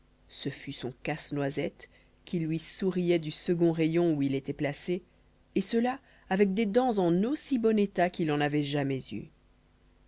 ce fut son casse-noisette qui lui souriait du second rayon où il était placé et cela avec des dents en aussi bon état qu'il en avait jamais eu